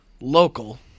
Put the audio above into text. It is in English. local